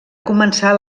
començar